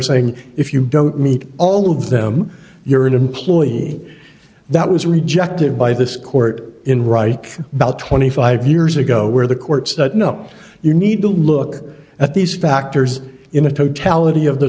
saying if you don't meet all of them you're an employee that was rejected by this court in right about twenty five years ago where the courts that know you need to look at these factors in the totality of the